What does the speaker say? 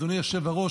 אדוני היושב-ראש,